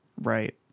Right